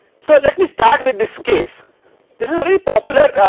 so let me start with this case this is very popular